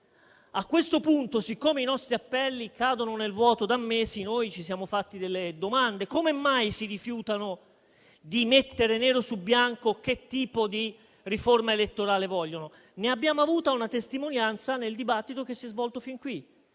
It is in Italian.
A questo punto, siccome i nostri appelli cadono nel vuoto da mesi, ci siamo fatti delle domande: come mai si rifiutano di mettere nero su bianco che tipo di riforma elettorale vogliono? Ne abbiamo avuta una testimonianza nel dibattito che si è svolto fin qui: